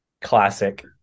classic